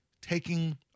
taking